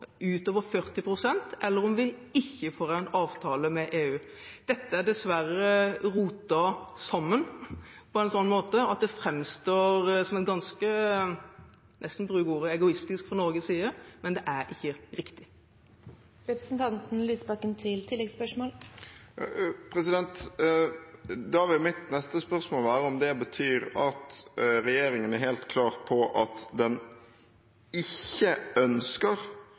utover 40 pst., eller om vi ikke får en avtale med EU. Dette er dessverre rotet sammen på en sånn måte at det framstår som ganske egoistisk – jeg vil nesten bruke det ordet – fra Norges side, men det er altså ikke riktig. Da vil mitt neste spørsmål være om det betyr at regjeringen er helt klar på at den ikke ønsker